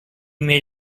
made